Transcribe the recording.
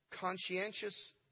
conscientious